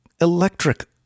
electric